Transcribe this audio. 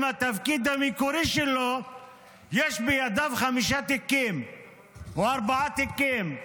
התפקיד המקורי שלו יש בידיו חמישה תיקים או ארבעה תיקים.